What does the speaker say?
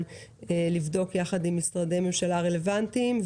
לבדוק יחד עם משרדי הממשלה הרלוונטיים.